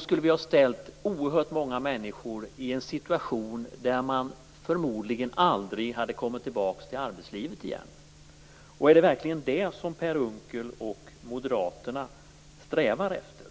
skulle vi ha ställt oerhört många människor i en situation som förmodligen hade inneburit att de aldrig hade kommit tillbaka till arbetslivet igen. Är det verkligen det som Per Unckel och Moderaterna strävar efter?